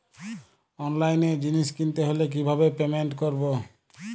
অনলাইনে জিনিস কিনতে হলে কিভাবে পেমেন্ট করবো?